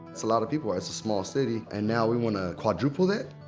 that's a lot of people, that's a small city. and now we want to quadruple that?